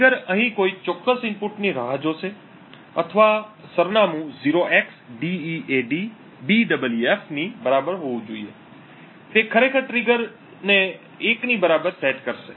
trigger અહીં કોઈ ચોક્કસ ઇનપુટની રાહ જોશે અથવા સરનામું 0xDEADBEEF ની બરાબર હોવું જોઈએ તે ખરેખર ટ્રિગરને 1 ની બરાબર સેટ કરશે